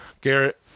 Garrett